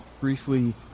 briefly